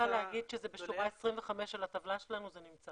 אני רק רוצה להגיד שבשורה 25 של הטבלה שלנו זה נמצא.